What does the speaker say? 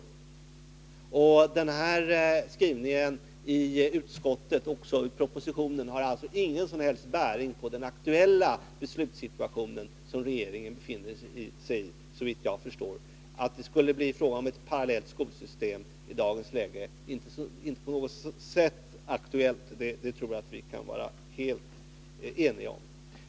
Såvitt jag förstår har skrivningen i utskottsbetänkandet och i propositionen — att det skulle bli ett parallellt skolsystem — inget som helst att göra med den aktuella beslutssituation som regeringen befinner sig i. Detta tror jag vi kan vara helt eniga om.